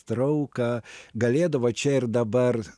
trauką galėdavo čia ir dabar